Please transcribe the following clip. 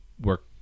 work